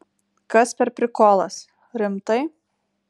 kas per prikolas rimtai